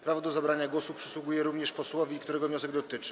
Prawo do zabrania głosu przysługuje również posłowi, którego wniosek dotyczy.